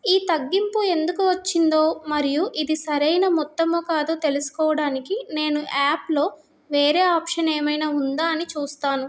ఈ తగ్గింపు ఎందుకు వచ్చిందో మరియు ఇది సరైన మొత్తమో కాదో తెలుసుకోవడానికి నేను యాప్లో వేరే ఆప్షన్ ఏమైనా ఉందా అని చూస్తాను